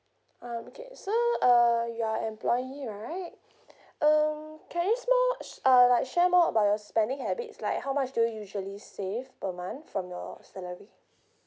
um okay so uh you are employee right um can I just know uh like share more about your spending habits like how much do you usually save per month from your salary